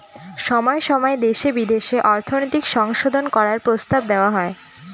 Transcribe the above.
সময় সময় দেশে বিদেশে অর্থনৈতিক সংশোধন করার প্রস্তাব দেওয়া হয়